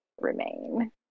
remain